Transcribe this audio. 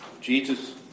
Jesus